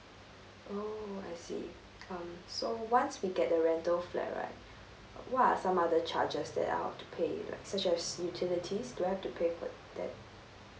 oh I see um so once we get the rental flat right what are some other charges that are to pay like such as utilities do I have to pay for that